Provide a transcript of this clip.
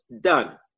done